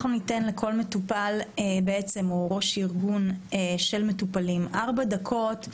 ניתן לכל מטופל או ראש ארגון של מטופלים ארבע דקות,